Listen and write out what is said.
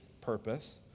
purpose